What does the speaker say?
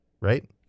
right